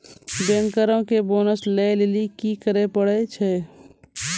बैंकरो के बोनस लै लेली कि करै पड़ै छै?